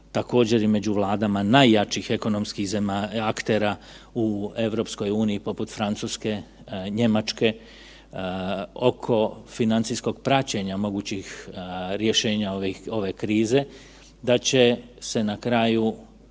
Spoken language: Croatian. također i među vladama najjačih ekonomskih aktera u EU poput Francuske, Njemačke oko financijskih praćenja mogućih rješenja ove krize da će se na kraju